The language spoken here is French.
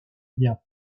biens